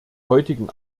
heutigen